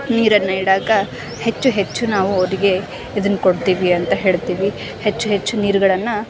ನೀರನ್ನು ಇಡೋಕ್ಕೆ ಹೆಚ್ಚು ಹೆಚ್ಚು ನಾವು ಅವರಿಗೆ ಇದನ್ನ ಕೊಡ್ತೀವಿ ಅಂತ ಹೇಳ್ತೀವಿ ಹೆಚ್ಚು ಹೆಚ್ಚು ನೀರುಗಳನ್ನು